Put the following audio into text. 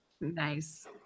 nice